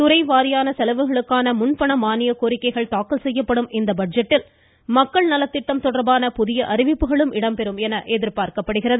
துறை வாரியான செலவுகளுக்கான முன்பண மானியக் கோரிக்கைகள் தாக்கல் செய்யப்படும் இந்த பட்ஜெட்டில் மக்கள் நலத்திட்டம் தொடர்பான புதிய அறிவிப்புகளும் இடம்பெறும் என எதிர்பார்க்கப்படுகிறது